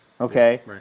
okay